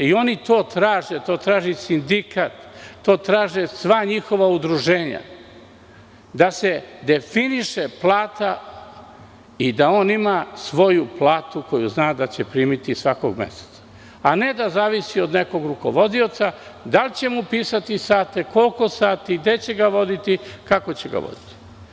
Oni to traže, to traži sindikat, to traže sva njihova udruženja, da se definiše plata i da on ima svoju platu za koju zna da će primiti svakog meseca, a ne da zavisi od nekog rukovodioca da li će mu pisati sate, koliko sati, gde će ga voditi, kako će ga voditi.